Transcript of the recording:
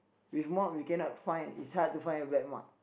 with mop you cannot find it's hard to find a black mark